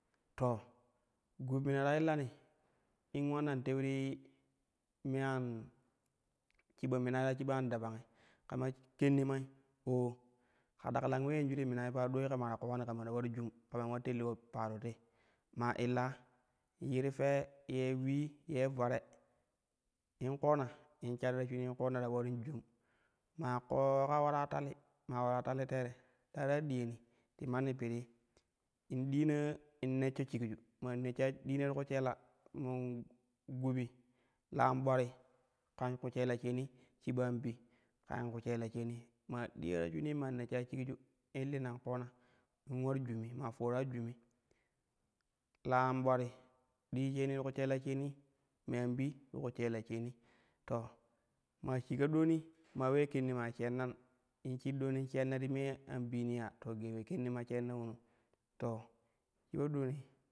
To gub mina ta illani in ulanna tiwi ti me an shiba mima ta shiba an dabangi kama kenimai oo ka daklan ule yanʒu ti minai pa duvei kama ta ko ulani kama ta ular jum kaman ula tellu po paro te maa illa yinu fee ye ulli ye vare in koona in shari ta shinii in koonu ta ularin jum maa kooka ulara tali maa ulara tali teere tara diyani ti manni pirii in diina in neshsho shileju maa neshsha, diim ti ku shɛla men gubi la an ɓulatti kan ku shɛla sheni shiba an bi ka ku shɛla sheni maa diya ta shinji maa neshsha shukju illa koona in ular jumi maa foora jumi la an ɓulatti dii sheni ti ku shɛla sheni me an bi ti ku shɛla sheni to maa shika dooni maa ulee kennimai shennan in shiru dooni in shenna ti me an biini ya to gee ule kennima shenna ulono to shiulo dooni.